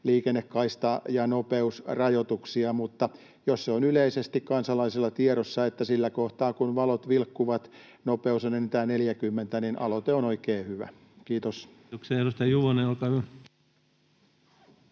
liikennekaista- ja nopeusrajoituksia. Mutta jos se on yleisesti kansalaisilla tiedossa, että sillä kohtaa, kun valot vilkkuvat, nopeus on enintään 40, niin aloite on oikein hyvä. Kiitoksia.